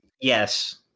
Yes